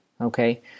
okay